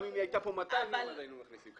גם אם היא הייתה פה 200 יום היינו מכניסים.